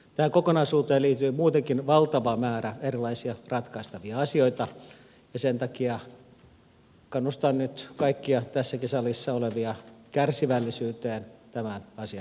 tähän kokonaisuuteen liittyy muutenkin valtava määrä erilaisia ratkaistavia asioita ja sen takia kannustan nyt kaikkia tässäkin salissa olevia kärsivällisyyteen tämän asian hoitamisessa